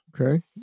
Okay